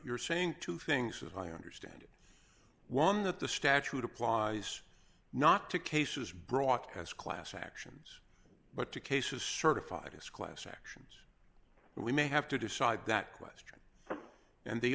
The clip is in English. you're saying two things as i understand it one that the statute applies not to cases broadcast class actions but to cases certified as class actions and we may have to decide that question and the